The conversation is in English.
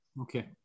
Okay